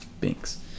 Binks